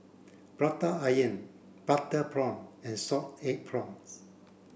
Prata Onion butter prawn and salted egg prawns